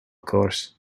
course